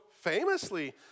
famously